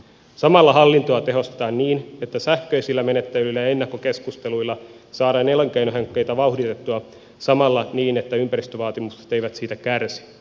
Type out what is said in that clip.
samalla hallintoa tehostetaan niin että sähköisillä menettelyillä ja ennakkokeskusteluilla saadaan elinkeinohankkeita vauhditettua niin että ympäristövaatimukset eivät siitä kärsi